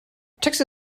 taxi